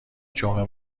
جمعه